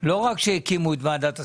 לא רק שהקימו את ועדת השרים.